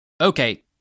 Okay